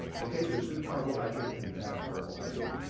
okay, there's good carbohydrate and bad carbohydrate.